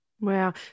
Wow